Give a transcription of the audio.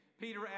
Peter